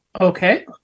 Okay